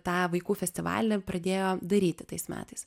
tą vaikų festivalį pradėjo daryti tais metais